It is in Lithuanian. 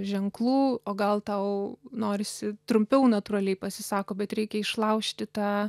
ženklų o gal tau norisi trumpiau natūraliai pasisako bet reikia išlaužti tą